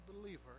believer